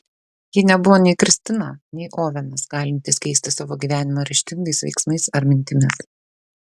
ji nebuvo nei kristina nei ovenas galintys keisti savo gyvenimą ryžtingais veiksmais ar mintimis